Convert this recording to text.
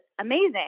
amazing